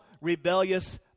rebellious